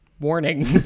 Warning